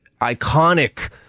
iconic